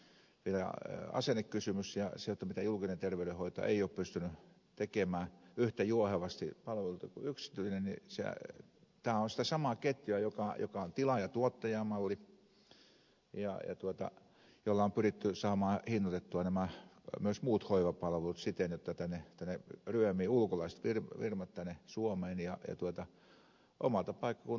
ja sitten kun tiedetään vielä asennekysymys ja se jotta mitä julkinen terveydenhoito ei ole pystynyt tekemään yhtä juohevasti palvelemaan kuin yksityinen niin tämä on sitä samaa ketjua joka on tilaajatuottaja malli ja jolla on pyritty saamaan hinnoitettua myös nämä muut hoivapalvelut siten jotta tänne suomeen ryömivät ulkolaiset firmat